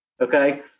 okay